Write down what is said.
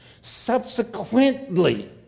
Subsequently